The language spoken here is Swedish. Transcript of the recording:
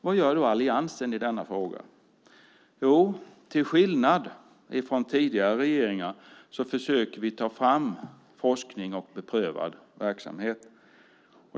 Vad gör då alliansen i denna fråga? Till skillnad från tidigare regeringar försöker vi ta fram forskning och beprövad verksamhet.